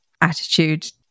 attitude